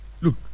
Look